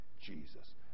Jesus